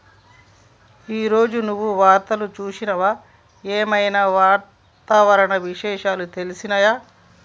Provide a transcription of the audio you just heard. ఈ రోజు నువ్వు వార్తలు చూసినవా? ఏం ఐనా వాతావరణ విషయాలు తెలిసినయా?